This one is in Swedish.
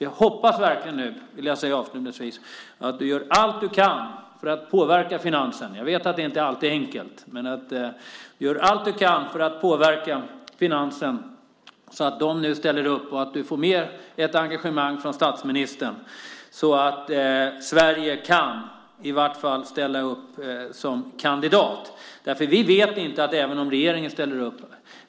Avslutningsvis hoppas jag verkligen att du gör allt du kan för att påverka Finansdepartementet - jag vet att det inte alltid är enkelt - så att de nu ställer upp och att du får med ett engagemang från statsministern, så att Sverige i vart fall kan ställa upp som kandidat. Vi vet nämligen inte om regeringen ställer upp här.